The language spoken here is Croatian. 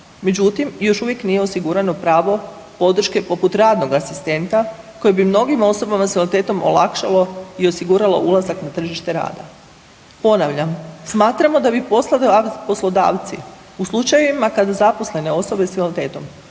međutim, još nije osigurano pravo podrške poput radnog asistenta koji bi mnogim osobama s invaliditetom olakšalo i osiguralo ulazak na tržište rada. Ponavljam, smatramo da bi poslodavci u slučajevima kada zaposlene osobe s invaliditetom